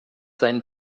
seinen